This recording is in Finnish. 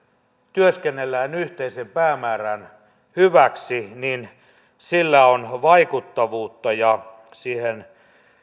työskennellään yhteisen päämäärän hyväksi niin sillä on on vaikuttavuutta ja siihen